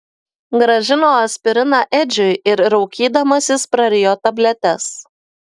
grąžino aspiriną edžiui ir raukydamasis prarijo tabletes